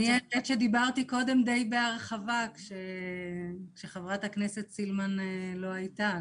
דיברתי קודם דיי בהרחבה כשחברת הכנסת סילמן לא הייתה.